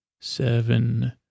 Seven